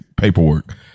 paperwork